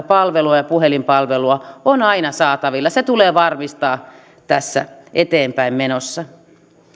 palvelua ja puhelinpalvelua on aina saatavilla se tulee varmistaa tässä eteenpäinmenossa